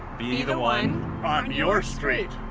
be the one on your street.